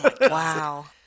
Wow